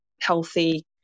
healthy